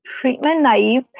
treatment-naive